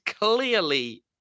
clearly